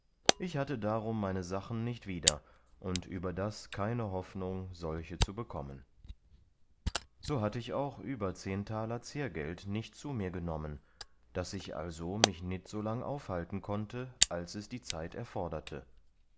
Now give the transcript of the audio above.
ich hatte darum meine sachen nicht wieder und überdas keine hoffnung solche zu bekommen so hatte ich auch über zehn taler zehrgelt nicht zu mir genommen daß ich also mich nit so lang aufhalten konnte als es die zeit erforderte